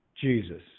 Jesus